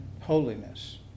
holiness